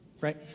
right